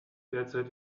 derzeit